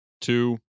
two